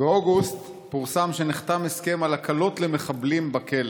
באוגוסט פורסם שנחתם הסכם על הקלות למחבלים בכלא.